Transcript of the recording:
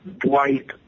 Dwight